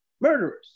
murderers